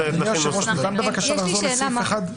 אדוני היושב-ראש, ניתן לחזור לסעיף 1?